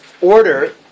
order